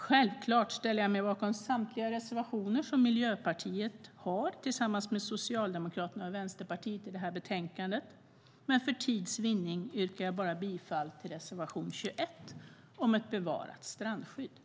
Självklart ställer jag mig bakom samtliga reservationer som Miljöpartiet har tillsammans med Socialdemokraterna och Vänsterpartiet i det här betänkandet, men för tids vinnande yrkar jag bifall bara till reservation 21 om ett bevarat strandskydd.